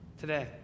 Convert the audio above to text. today